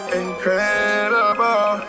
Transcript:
incredible